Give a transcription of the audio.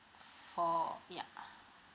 for yeah